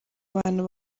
abantu